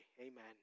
Amen